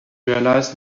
realize